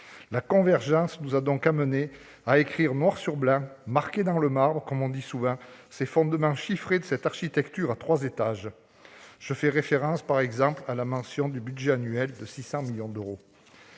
La convergence nous a donc amenés à écrire noir sur blanc et à inscrire dans le marbre les fondements chiffrés de cette architecture à trois étages. Je fais référence, par exemple, à la mention du budget annuel de 600 millions d'euros.